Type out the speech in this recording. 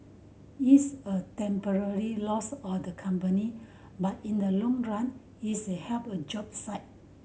it's a temporary loss of the company but in the long run it's a help a job site